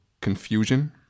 Confusion